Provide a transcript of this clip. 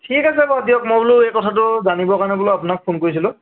ঠিক আছে বাৰু দিয়ক মই বোলো এই কথাটো জানিবৰ কাৰণে বোলো আপোনাক ফোন কৰিছিলোঁ